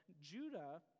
judah